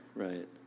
Right